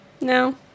no